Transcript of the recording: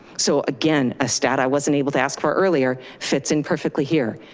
so again, a stat i wasn't able to ask for earlier fits in perfectly here.